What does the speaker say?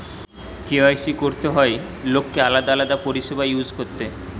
KYC করতে হয় লোককে আলাদা আলাদা পরিষেবা ইউজ করতে